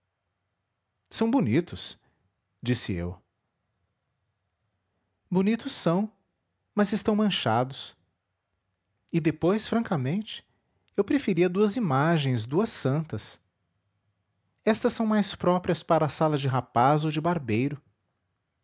são bonitos disse eu bonitos são mas estão manchados e depois francamente eu preferia duas imagens duas santas estas são mais próprias para sala de rapaz ou de barbeiro